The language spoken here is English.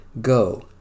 Go